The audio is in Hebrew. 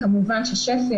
כמובן ששפ"י,